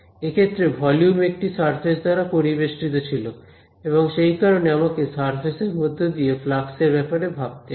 এক্ষেত্রে ভলিউম একটি সারফেস দ্বারা পরিবেষ্টিত ছিল এবং সেই কারণে আমাকে সারফেসের মধ্যে দিয়ে ফ্লাক্স এর ব্যাপারে ভাবতে হবে